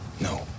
no